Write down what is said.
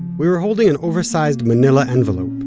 we were holding an oversized manila envelope.